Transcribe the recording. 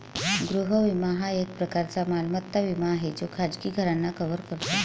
गृह विमा हा एक प्रकारचा मालमत्ता विमा आहे जो खाजगी घरांना कव्हर करतो